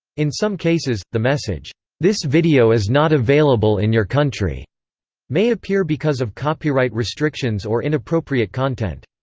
in some cases, the message this video is not available in your country may appear because of copyright restrictions or inappropriate content.